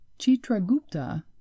Chitragupta